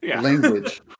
language